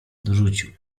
dorzucił